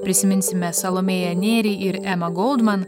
prisiminsime salomėją nėrį ir emą goldman